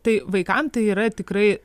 tai vaikam tai yra tikrai